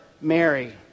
Mary